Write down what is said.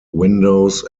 windows